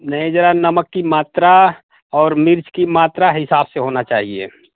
नहीं जरा नमक की मात्रा और मिर्च की मात्रा हिसाब से होना चाहिए